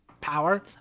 power